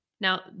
Now